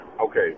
okay